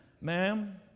ma'am